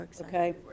okay